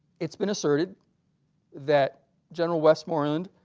it's been asserted that general westmoreland